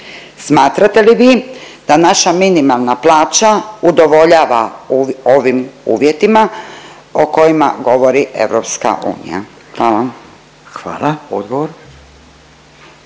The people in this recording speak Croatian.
Smatrate li vi da naša minimalna plaća udovoljava ovim uvjetima o kojima govori EU? Hvala. **Radin,